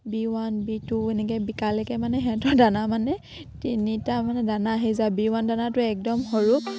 B one B two এনেকে বিকালেকে মানে সিহঁতৰ দানা মানে তিনিটা মানে দানা আহি যায় বি ৱান দানাটো একদম সৰুক